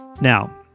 Now